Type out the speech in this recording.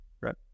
right